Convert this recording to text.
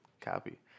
Copy